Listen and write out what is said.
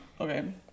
Okay